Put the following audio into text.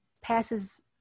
passes